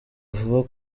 vuba